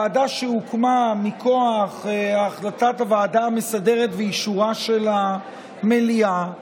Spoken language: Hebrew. ועדה שהוקמה מכוח החלטת הוועדה המסדרת באישורה של המליאה,